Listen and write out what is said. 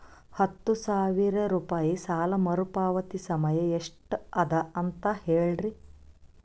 ಹತ್ತು ಸಾವಿರ ರೂಪಾಯಿ ಸಾಲ ಮರುಪಾವತಿ ಸಮಯ ಎಷ್ಟ ಅದ ಅಂತ ಹೇಳರಿ?